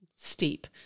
steep